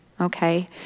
Okay